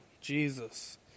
Jesus